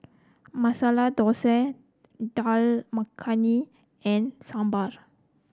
Masala Dosa Dal Makhani and Sambar